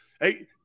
Hey